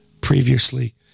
previously